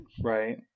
right